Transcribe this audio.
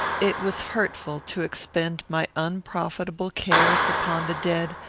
it was hurtful to expend my unprofitable cares upon the dead,